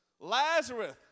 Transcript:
Lazarus